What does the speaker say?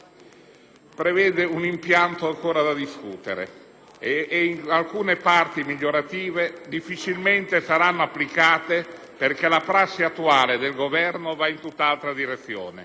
prevede un impianto ancora da discutere e alcune parti migliorative difficilmente saranno applicate, perché la prassi attuale del Governo va in tutt'altra direzione.